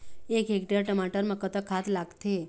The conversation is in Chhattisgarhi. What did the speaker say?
एक हेक्टेयर टमाटर म कतक खाद लागथे?